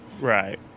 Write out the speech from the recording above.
Right